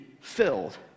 filled